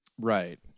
Right